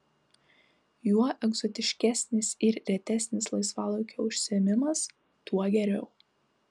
juo egzotiškesnis ir retesnis laisvalaikio užsiėmimas tuo geriau